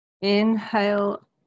inhale